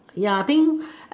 ya think